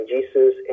Jesus